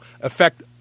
affect